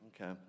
Okay